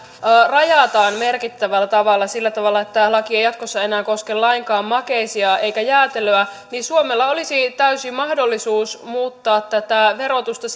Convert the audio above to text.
rajataan merkittävällä tavalla sillä tavalla että tämä laki ei jatkossa enää koske lainkaan makeisia eikä jäätelöä suomella olisi täysi mahdollisuus muuttaa tätä verotusta